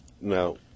Now